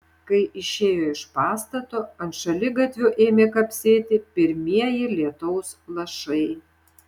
kai išėjo iš pastato ant šaligatvio ėmė kapsėti pirmieji lietaus lašai